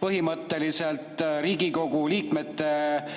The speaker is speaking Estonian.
põhimõtteliselt Riigikogu liikmete töösse.